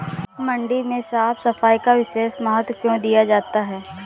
मंडी में साफ सफाई का विशेष महत्व क्यो दिया जाता है?